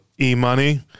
e-money